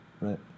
Right